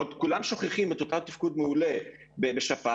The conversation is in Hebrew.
כולם שוכחים את אותו תפקוד מעולה בשפעת,